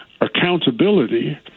accountability